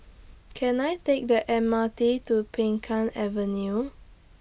Can I Take The M R T to Peng Kang Avenue